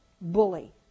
bully